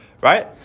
Right